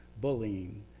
bullying